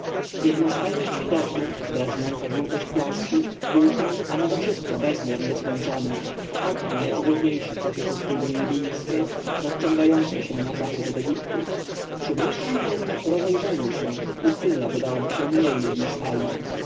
jednostajność widoku drażniąca żółtość piasku upał a nadewszystko bezmiar nieskończony oto najogólniejsze cechy pustyni libijskiej rozciągającej się na zachód od egiptu przy bliższem jednak rozejrzeniu się pustynia wydałaby się mniej jednostajną